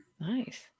Nice